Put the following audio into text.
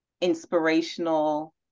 inspirational